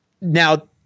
now